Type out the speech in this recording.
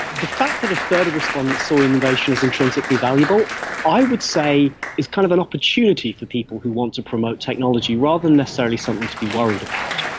the fact that a third of respondents saw innovation as intrinsically valuable i would say is kind of an opportunity for people who want to promote technology, rather than necessarily something to be worried about.